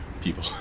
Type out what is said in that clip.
people